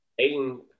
Aiden